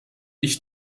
ich